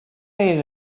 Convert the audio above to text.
era